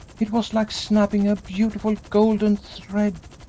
it was like snapping a beautiful golden thread!